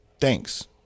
Thanks